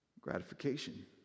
Gratification